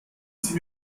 sie